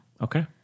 Okay